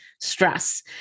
stress